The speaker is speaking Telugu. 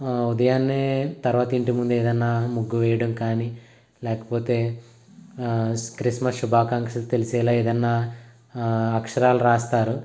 ఉదయాన్నే తర్వాత ఇంటి ముందే ఏదన్నా ముగ్గు వేయడం కానీ లేకపోతే క్రిస్మస్ శుభాకాంక్షలు తెలిసేలా ఏదన్నా అక్షరాలు రాస్తారు